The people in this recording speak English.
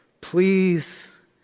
please